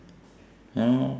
I don't know